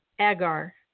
agar